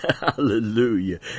Hallelujah